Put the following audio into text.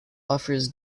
offers